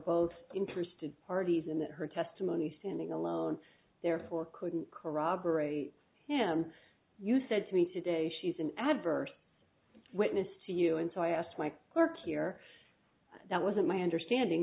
both interested parties in that her testimony standing alone therefore couldn't corroborate him you said to me today she's an adverse witness to you and so i asked my work here that wasn't my understanding